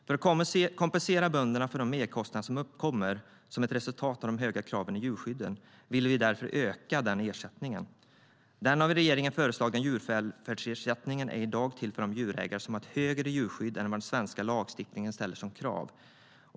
För att kompensera bönderna för de merkostnader som uppkommer som ett resultat av höga krav i djurskyddet vill vi öka djurvälfärdsersättningen. Den av regeringen föreslagna djurvälfärdsersättningen är i dag till för de djurägare som har ett högre djurskydd än vad den svenska lagstiftningen ställer som krav.